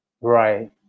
Right